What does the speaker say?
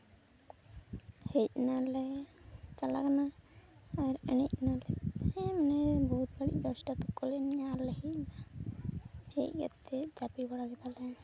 ᱦᱮᱡᱱᱟᱞᱮ ᱪᱟᱞᱟ ᱠᱟᱱᱟ ᱟᱨ ᱮᱱᱮᱡ ᱱᱟᱞᱮ ᱮᱢᱱᱤ ᱵᱚᱦᱩᱛ ᱜᱷᱟᱹᱲᱤᱡ ᱫᱚᱥᱴᱟ ᱛᱚᱠᱠᱚ ᱞᱮ ᱮᱱᱡᱱᱟ ᱟᱨ ᱞᱮ ᱦᱮᱡᱮᱱᱟ ᱦᱮᱡ ᱠᱟᱛᱮ ᱡᱟᱹᱯᱤᱫ ᱵᱟᱲᱟ ᱠᱮᱫᱟᱞᱮ